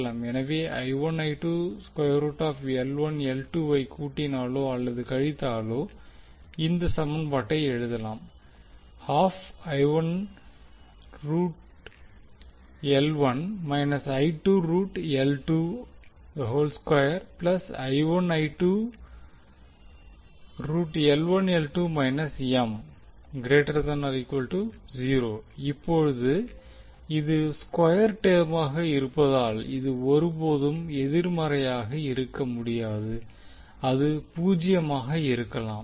எனவே ஐ கூடினாலோ அல்லது கழித்தாலோ இந்த சமன்பாட்டை எழுதலாம் இப்போது இது ஸ்கொயர் டெர்மாக இருப்பதால் இது ஒருபோதும் எதிர்மறையாக இருக்க முடியாது அது பூஜ்ஜியமாக இருக்கலாம்